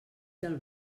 del